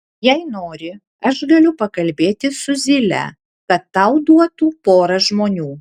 jei nori aš galiu pakalbėti su zyle kad tau duotų porą žmonių